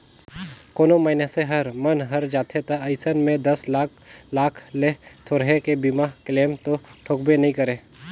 कोनो मइनसे हर मन हर जाथे त अइसन में दस लाख लाख ले थोरहें के बीमा क्लेम तो ठोकबे नई करे